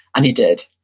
and he did.